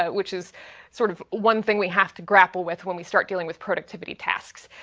but which is sort of one thing we have to grapple with when we start dealing with productivity tasks.